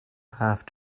have